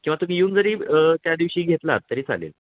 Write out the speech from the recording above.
किंवा तुम्ही येऊन जरी त्या दिवशी घेतलात तरी चालेल